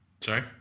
sorry